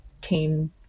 team